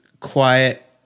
quiet